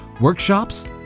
workshops